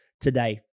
today